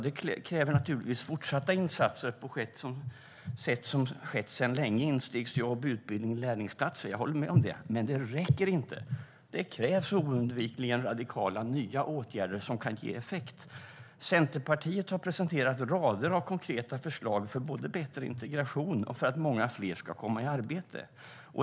Det kräver naturligtvis fortsatta insatser på sätt som har skett sedan länge, till exempel instegsjobb, utbildnings och lärlingsplatser. Men det räcker inte. Det krävs oundvikligen radikala och nya åtgärder som kan ge effekt. Centerpartiet har presenterat rader av konkreta förslag för både bättre integration och för att många fler ska komma i arbete.